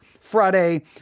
Friday